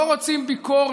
לאיציק.